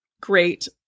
great